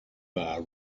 bar